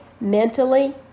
mentally